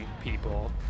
people